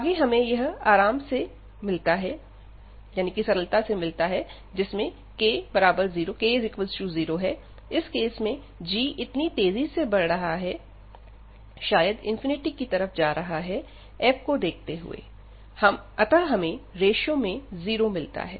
आगे हमें यह आराम मिलता है जिसमें k0 इस केस में g इतनी तेजी से बढ़ रहा है शायद की तरफ जा रहा है f को देखते हुए अतः हमें रेश्यो में जीरो मिलता है